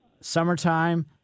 summertime